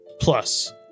plus